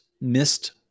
missed